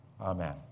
Amen